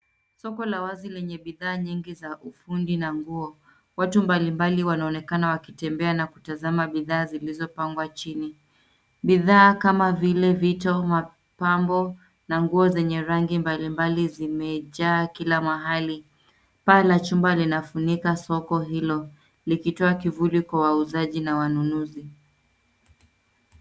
Soko la wazi lenye bidhaa nyingi za ufundi na nguo. Watu mbalimbali wanaonekana wakitembea na kutazama bidhaa zilizopangwa chini. Bidhaa kama vile vito, mapambo, na nguo zenye rangi mbalimbali zimejaa kila mahali, paa la chumba linafunika soko hilo likitoa kivuli kwa wauzaji na wanunuzi.